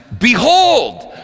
behold